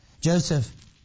Joseph